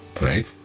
right